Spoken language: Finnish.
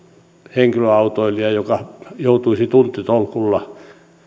henkilöautoilija joka joutuisi tunti tolkulla